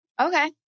Okay